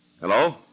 Hello